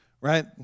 right